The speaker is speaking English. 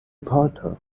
potter